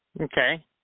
Okay